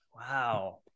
Wow